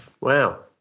Wow